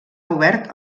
obert